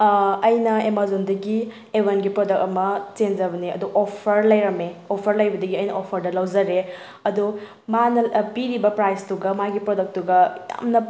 ꯑꯩꯅ ꯑꯦꯃꯥꯖꯣꯟꯗꯒꯤ ꯑꯦꯕꯟꯒꯤ ꯄ꯭ꯔꯗꯛ ꯑꯃ ꯆꯦꯟꯖꯕꯅꯦ ꯑꯗꯣ ꯑꯣꯞꯐ꯭ꯔ ꯂꯩꯔꯝꯃꯦ ꯑꯣꯞꯐ꯭ꯔ ꯂꯩꯔꯝꯕꯗꯒꯤ ꯑꯩꯅ ꯑꯣꯞꯐ꯭ꯔꯗ ꯂꯧꯖꯔꯦ ꯑꯗꯣ ꯃꯥꯅ ꯄꯤꯔꯤꯕ ꯄ꯭ꯔꯥꯏꯁꯇꯨꯒ ꯃꯥꯒꯤ ꯄ꯭ꯔꯗꯛꯇꯨꯒ ꯌꯥꯝꯅ